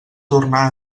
tornar